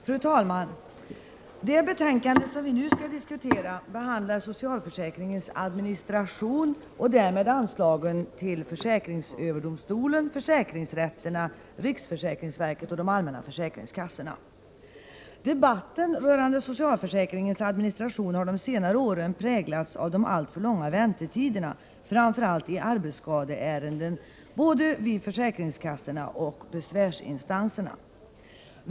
Fru talman! Det betänkande som vi nu skall diskutera — SfU1986/87:16 — behandlar socialförsäkringens administration och därmed anslagen till försäkringsöverdomstolen, försäkringsrätterna, riksförsäkringsverket och de allmänna försäkringskassorna. Debatten rörande socialförsäkringens administration har de senaste åren präglats av de alltför långa väntetiderna framför allt i arbetsskadeärenden både vid försäkringskassorna och i besvärsinstanserna.